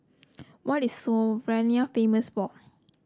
what is Slovenia famous for